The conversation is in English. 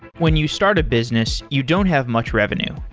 when you start a business, you don't have much revenue.